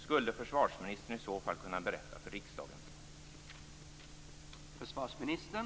Skulle försvarsministern i så fall kunna berätta om det för riksdagen?